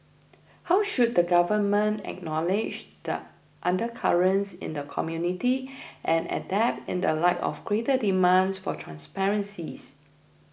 how should the government acknowledge the undercurrents in the community and adapt in the light of greater demands for transparencies